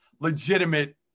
legitimate